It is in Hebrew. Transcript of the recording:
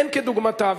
אין כדוגמתה.